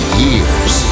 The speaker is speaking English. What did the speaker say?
years